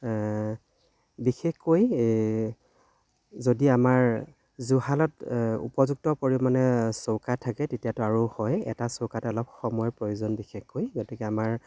বিশেষকৈ যদি আমাৰ জুহালত উপযুক্ত পৰিমানে চৌকা থাকে তেতিয়াতো আৰু হয় এটা চৌকাতে অলপ সময়ৰ প্ৰয়োজন বিশেষকৈ গতিকে আমাৰ